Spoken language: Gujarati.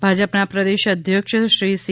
પાટીલ ભાજપના પ્રદેશ અધ્યક્ષ શ્રી સી